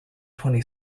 twenty